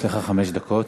יש לך חמש דקות.